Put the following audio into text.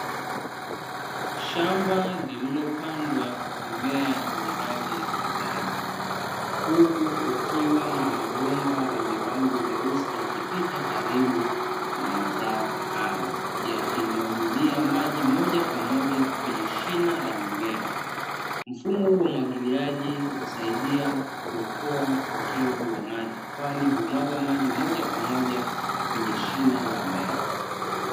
Shamba lililopandwa mimea yenye rangi ya kijani, huku kukiwa na mabomba yenye rangi nyeusi yakipita karibu na mazao hayo, yakimwagilia maji moja kwa moja kwenye shina la mimea. Mfumo wa umwagiliaji husaidia kuokoa upotevu wa maji kwani humwaga maji moja kwa moja kwenye shina la mmea.